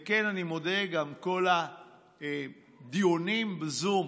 וכן, אני מודה, גם כל הדיונים בזום,